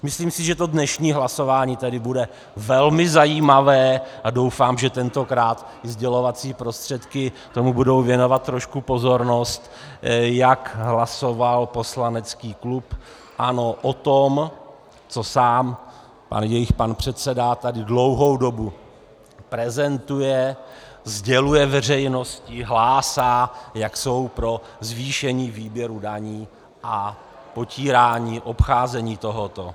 Myslím si, že to dnešní hlasování tedy bude velmi zajímavé, a doufám, že tentokrát sdělovací prostředky budou věnovat trošku pozornost tomu, jak hlasoval poslanecký klub ANO o tom, co sám jejich pan předseda tady dlouhou dobu prezentuje, sděluje veřejnosti, hlásá, jak jsou pro zvýšení výběru daní a potírání obcházení tohoto.